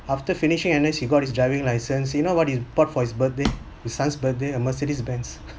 after finishing N_S he got his driving license you know what he bought for his birthday his son's birthday a mercedes benz